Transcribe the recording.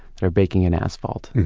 that are baking in asphalt,